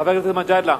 חבר הכנסת מג'אדלה,